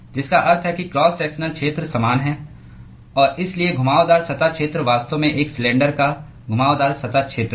जिसका अर्थ है कि क्रॉस सेक्शनल क्षेत्र समान है और इसलिए घुमावदार सतह क्षेत्र वास्तव में एक सिलेंडर का घुमावदार सतह क्षेत्र है